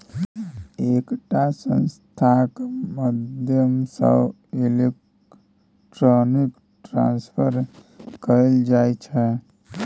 एकटा संस्थाक माध्यमसँ इलेक्ट्रॉनिक ट्रांसफर कएल जाइ छै